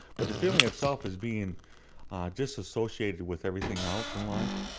but the feeling itself is being disassociated with everything else in life.